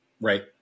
Right